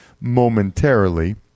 momentarily